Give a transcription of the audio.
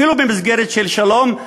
אפילו במסגרת של שלום,